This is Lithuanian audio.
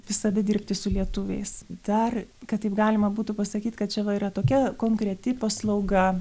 visada dirbti su lietuviais dar kad taip galima būtų pasakyt kad čia va yra tokia konkreti paslauga